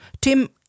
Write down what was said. Tim